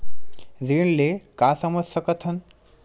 ऋण ले का समझ सकत हन?